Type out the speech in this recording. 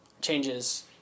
Changes